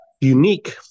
unique